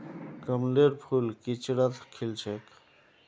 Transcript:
कमलेर फूल किचड़त खिल छेक